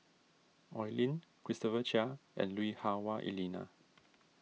Oi Lin Christopher Chia and Lui Hah Wah Elena